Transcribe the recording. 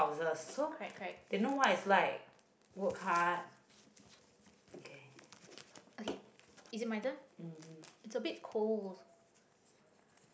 correct correct